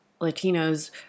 latinos